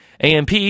AMP